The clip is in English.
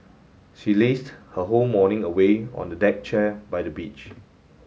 she lazed her whole morning away on a deck chair by the beach